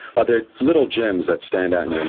are there little gems that stand out in